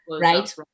right